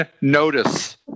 notice